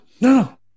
no